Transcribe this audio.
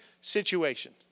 situation